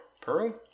Pearl